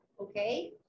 okay